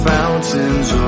Fountains